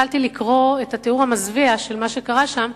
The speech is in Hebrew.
התחלתי לקרוא את התיאור המזוויע של מה שקרה שם,